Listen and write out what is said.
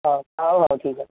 ହଉ ହଉ ହଉ ଠିକ୍ ଅଛି